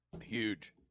Huge